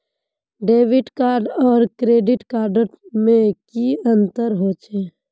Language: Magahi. डेबिट कार्ड आर क्रेडिट कार्ड में की अंतर होचे?